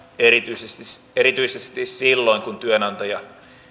erityisesti silloin kun työnantaja